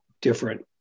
different